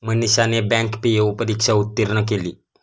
मनीषाने bank PO परीक्षा उत्तीर्ण केली